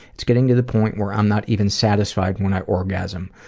it's getting to the point where i'm not even satisfied when i orgasm.